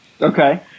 Okay